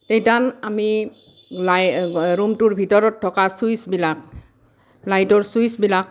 তেতিয়া আমি লাই ৰুমটোৰ ভিতৰত থকা ছুইচবিলাক লাইটৰ ছুইচবিলাক